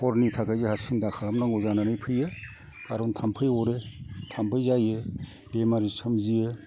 हरनि थाखाय जोंहा सिन्था खालामनांगौ जानानै फैयो खारन थाम्फै अरो थाम्फै जायो बेमारि सोमजियो